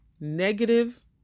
Negative